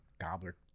Gobbler